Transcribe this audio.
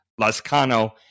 Lascano